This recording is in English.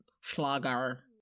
schlager